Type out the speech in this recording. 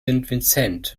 vincent